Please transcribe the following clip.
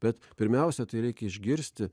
bet pirmiausia tai reikia išgirsti